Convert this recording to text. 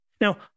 Now